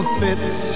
fits